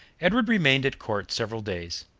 edward remained at court several days.